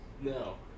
No